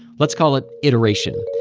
let's call it iteration.